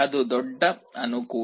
ಅದು ದೊಡ್ಡ ಅನುಕೂಲ